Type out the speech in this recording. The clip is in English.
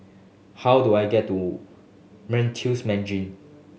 how do I get to Meritus Mandarin